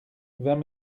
vingt